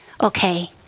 okay